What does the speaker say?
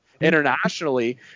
internationally